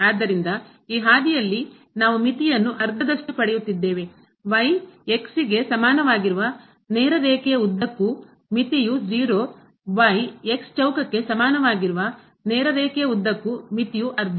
ಆದ್ದರಿಂದ ಈ ಹಾದಿಯಲ್ಲಿ ನಾವು ಮಿತಿಯನ್ನು ಅರ್ಧದಷ್ಟು ಪಡೆಯುತ್ತಿದ್ದೇವೆ ಗೆ ಸಮಾನವಾಗಿರುವ ನೇರ ರೇಖೆಯ ಉದ್ದಕ್ಕೂ ಮಿತಿಯು 0 ಚೌಕಕ್ಕೆ ಸಮಾನವಾಗಿರುವ ನೇರ ರೇಖೆಯ ಉದ್ದಕ್ಕೂ ಮಿತಿಯು ಅರ್ಧ